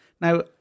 Now